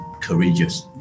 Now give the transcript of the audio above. courageous